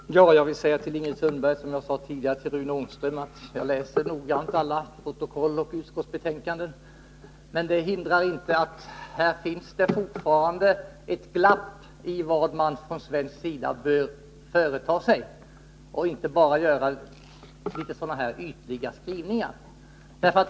Herr talman! Jag vill säga till Ingrid Sundberg vad jag sade tidigare till Rune Ångström, nämligen att jag noggrant läser alla protokoll och utskottsbetänkanden. Men det räcker inte med sådana här ytliga skrivningar som utskottet gör, utan man måste från svensk sida också företa sig någonting.